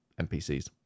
NPCs